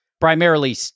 primarily